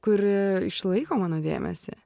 kuri išlaiko mano dėmesį